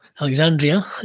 Alexandria